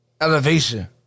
elevation